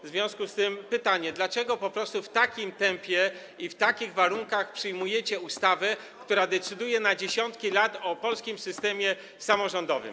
W związku z tym pytanie: Dlaczego po prostu w takim tempie i w takich warunkach przyjmujecie ustawę, która decyduje na dziesiątki lat o polskim systemie samorządowym?